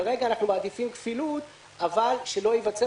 כרגע אנחנו מעדיפים כפילות כדי שלא ייווצר